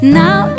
now